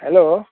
hello